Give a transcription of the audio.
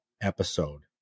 episode